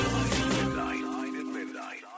Midnight